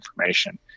information